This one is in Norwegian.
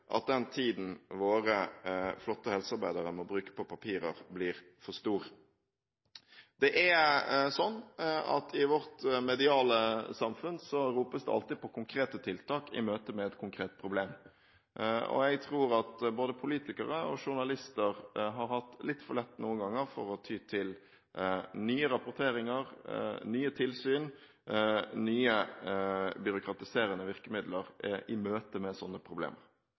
at den tiden våre flotte helsearbeidere må bruke på papirer, blir for stor. I vårt mediale samfunn ropes det alltid på konkrete tiltak i møte med et konkret problem, og jeg tror at både politikere og journalister har hatt litt for lett noen ganger til å ty til nye rapporteringer, tilsyn og byråkratiserende virkemidler i møte med slike problemer.